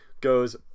goes